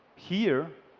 here,